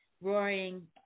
Roaring